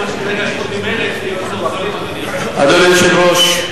אדוני היושב-ראש,